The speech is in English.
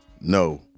no